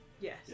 Yes